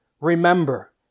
remember